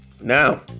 Now